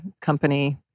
Company